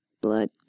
blood